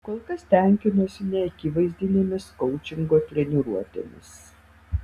kol kas tenkinuosi neakivaizdinėmis koučingo treniruotėmis